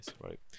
right